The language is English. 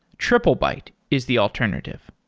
triplebyte is the alternative.